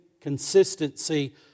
consistency